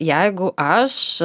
jeigu aš